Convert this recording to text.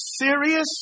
serious